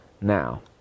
now